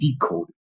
decoding